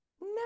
No